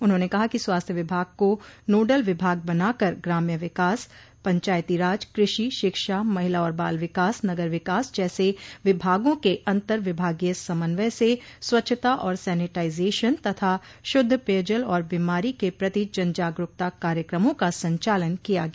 उन्होंने कहा कि स्वास्थ्य विभाग को नोडल विभाग बनाकर ग्राम्य विकास पंचायती राज कृषि शिक्षा महिला और बाल विकास नगर विकास जैसे विभागों के अन्तर विभागीय समन्वय से स्वच्छता और सैनिटाइजेशन तथा शुद्ध पेयजल और बीमारी के प्रति जनजागरूकता कार्यक्रमों का संचालन किया गया